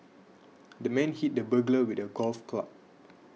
the man hit the burglar with a golf club